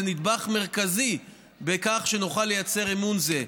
נדבך מרכזי בכך שנוכל לייצר אמון זה.